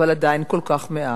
אבל עדיין כל כך מעט.